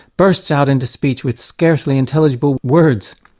burst out into speech with scarcely intelligible words,